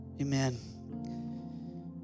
Amen